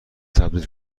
تبدیل